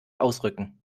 ausrücken